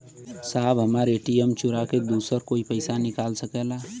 साहब हमार ए.टी.एम चूरा के दूसर कोई पैसा निकाल सकेला?